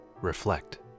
reflect